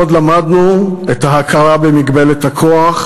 ועוד למדנו את ההכרה במגבלת הכוח,